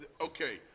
Okay